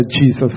Jesus